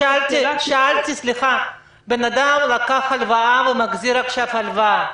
נניח אדם שלקח הלוואה ומחזיר עכשיו הלוואה.